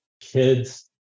Kids